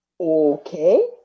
Okay